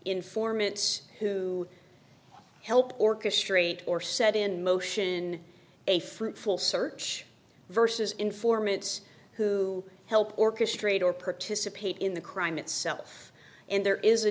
informants who helped orchestrate or set in motion a fruitful search versus informants who helped orchestrate or participate in the crime itself and there is a